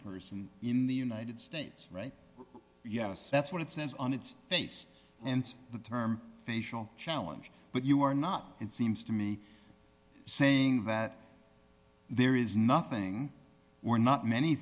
person in the united states right yes that's what it says on its face and the term facial challenge but you are not it seems to me saying that there is nothing or not many